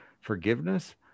forgiveness